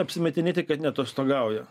apsimetinėti kad neatostogauja